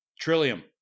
Trillium